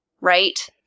right